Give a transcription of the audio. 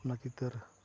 ᱚᱱᱟ ᱪᱤᱛᱟᱹᱨ